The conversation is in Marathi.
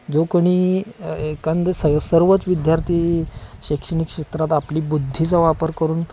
जो कोणी एकंदर स सर्वच विद्यार्थी शैक्षणिक क्षेत्रात आपली बुद्धीचा वापर करून